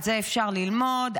את זה אפשר ללמוד,